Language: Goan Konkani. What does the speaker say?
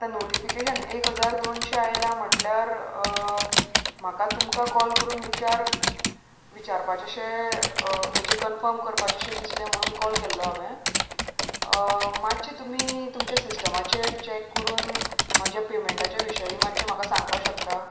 आतां नोटिफिकेशन एक हजार दोनशे आयलां म्हटल्यार म्हाका तुमकां कॉल करून विचार विचारपाचेशें म्हणजे कन्फम करपाचेंशें दिसलें म्हणून कॉल केल्लो हांवें मातशें तुमी तुमच्या सिस्टमाचेर चॅक करून म्हज्या पेमेंटाच्याे विशयी मातशें म्हाका सांगपाक शकता